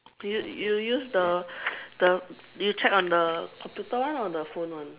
you you use the the you check on the computer one or the phone one